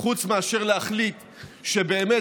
חוץ מאשר להחליט שבאמת,